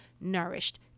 nourished